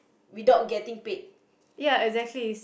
without getting paid